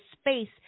space